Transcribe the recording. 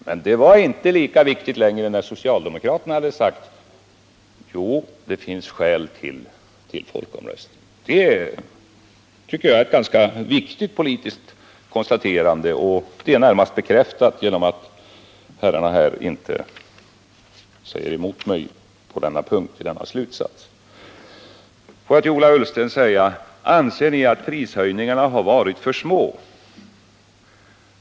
Men det var inte lika viktigt att slå vakt om kärnkraften längre när socialdemokraterna hade sagt: Jo, det finns skäl till folkomröstning. Det tycker jag är ett ganska väsentligt politiskt konstaterande, och det är närmast bekräftat genom att herrrarna här inte säger emot mig i min slutsats på denna punkt. Ola Ullsten ifrågasatte om vi anser att prishöjningarna varit för små.